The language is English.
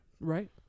Right